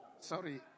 Sorry